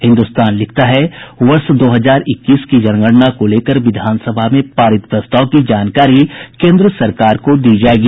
हिन्दुस्तान लिखता है वर्ष दो हजार इक्कीस की जनगणना को लेकर विधानसभा में पारित प्रस्ताव की जानकारी केन्द्र सरकार को दी जायेगी